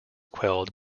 quelled